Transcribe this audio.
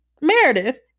Meredith